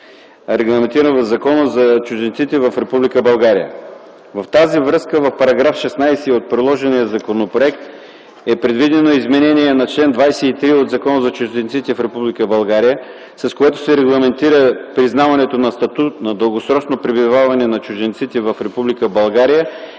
регламентиран в Закона за чужденците в Република България. В тази връзка в § 16 от предложения законопроект е предвидено изменение на чл. 23 от Закона за чужденците в Република България, с което се регламентира признаването на статут на дългосрочно пребиваване на чужденците в